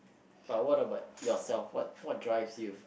but what about yourself what what drives you